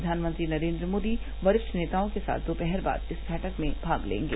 प्रधानमंत्री नरेन्द्र मोदी वरिष्ठ नेताओं के साथ दोपहर बाद इस बैठक में भाग लेंगे